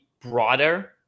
broader